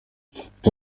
leta